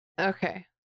Okay